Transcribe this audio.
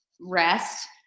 rest